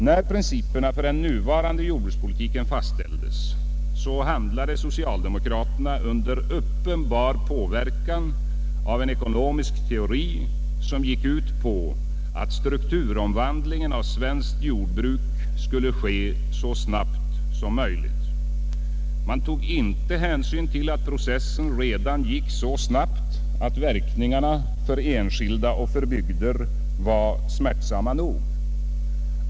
När principerna för den nuvarande jordbrukspolitiken = fastställdes handlade socialdemokraterna under uppenbar påverkan av en ekonomisk teori som gick ut på att strukturomvandlingen av svenskt jordbruk skulle ske så snabbt som möjligt. Man tog inte hänsyn till att processen redan gick så snabbt att verkningarna för enskilda och bygder var smärtsamma nog.